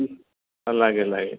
লাগে লাগে